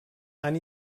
han